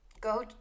Go